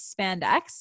spandex